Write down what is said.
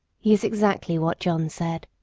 he is exactly what john said,